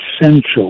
essential